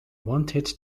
wanted